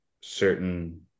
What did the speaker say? certain